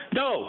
no